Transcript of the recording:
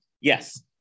yes